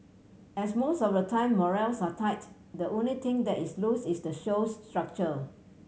as most of the time morals are tight the only thing that is loose is the show's structure